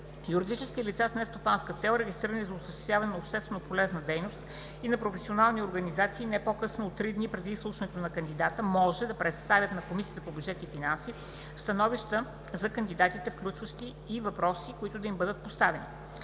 Юридически лица с нестопанска цел, регистрирани за осъществяване на общественополезна дейност, и професионални организации не по-късно от три дни преди изслушването на кандидатите може да представят на Комисията по бюджет и финанси становища за кандидатите, включващи и въпроси, които да им бъдат поставени.